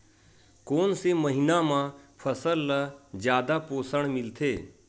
कोन से महीना म फसल ल जादा पोषण मिलथे?